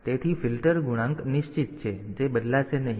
તેથી ફિલ્ટર ગુણાંક નિશ્ચિત છે જે બદલાશે નહીં